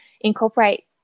incorporate